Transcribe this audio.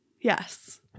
Yes